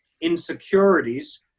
insecurities